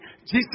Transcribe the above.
Jesus